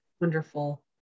wonderful